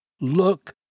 look